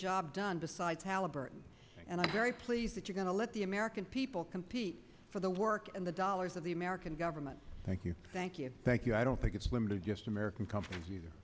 job done besides halliburton and i'm very pleased that you're going to let the american people compete for the work and the dollars of the american government thank you thank you thank you i don't think it's when american companies